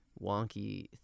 wonky